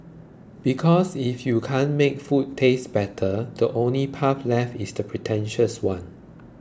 because if you can't make food taste better the only path left is the pretentious one